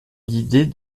l’idée